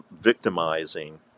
victimizing